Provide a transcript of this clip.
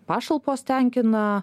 pašalpos tenkina